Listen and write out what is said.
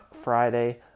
Friday